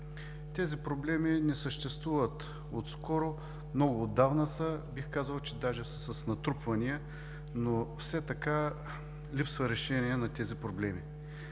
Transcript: Тези проблеми не съществуват отскоро, те са много отдавна. Бих казал даже, че са с натрупвания, но все така липсва решение на тези проблеми.